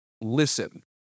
listen